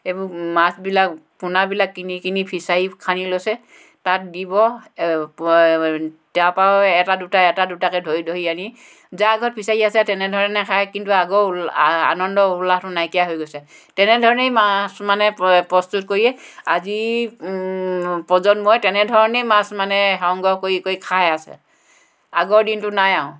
এইবোৰ মাছবিলাক পোনাবিলাক কিনি কিনি ফিছাৰী খানি লৈছে তাত দিব তাপা এটা দুটা এটা দুটাকৈ ধৰি ধৰি আনি যাৰ ঘৰত ফিছাৰী আছে তেনেধৰণে খায় কিন্তু আগৰ উল্ আনন্দ উল্লাহটো নাইকিয়া হৈ গৈছে তেনেধৰণেই মাছ মানে প প্ৰস্তুত কৰিয়ে আজি প্ৰজন্মই তেনেধৰণেই মাছ মানে সংগ্ৰহ কৰি কৰি খাই আছে আগৰ দিনটো নাই আৰু